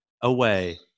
away